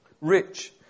rich